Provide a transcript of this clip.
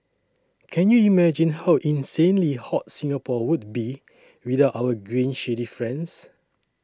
can you imagine how insanely hot Singapore would be without our green shady friends